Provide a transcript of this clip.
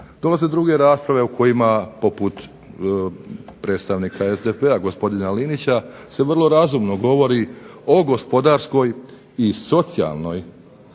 dolaze druge rasprave u kojima poput predstavnika SDP-a gospodina Linića se vrlo razumno govori o gospodarskoj i socijalnoj